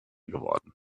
geworden